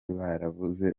barabuze